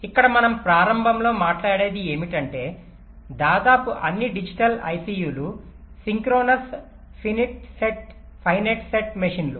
ఇక్కడ మనం ప్రారంభంలో మాట్లాడేది ఏమిటంటే దాదాపు అన్ని డిజిటల్ ఐసిలు సింక్రోనస్ ఫినిట్ సెట్ మెషీన్లు